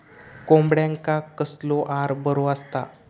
कोंबड्यांका कसलो आहार बरो असता?